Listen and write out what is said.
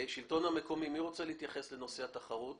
מן השלטון המקומי מי רוצה להתייחס לנושא התחרות?